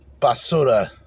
Basura